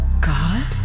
God